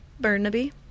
burnaby